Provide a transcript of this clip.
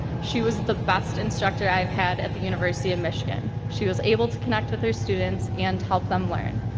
she was the best instructor i've had at the university of michigan, she was able to connect with her students and help them learn.